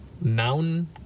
mountain